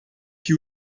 que